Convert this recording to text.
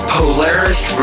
Polaris